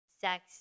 sex